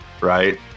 right